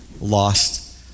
lost